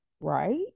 Right